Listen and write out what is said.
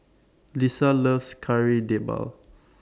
Lissa loves Kari Debal